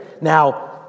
Now